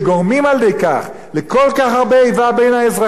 על-ידי כך לכל כך הרבה איבה בין האזרחים.